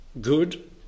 good